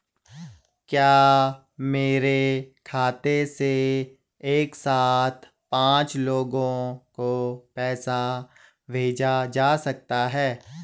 क्या मेरे खाते से एक साथ पांच लोगों को पैसे भेजे जा सकते हैं?